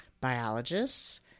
biologists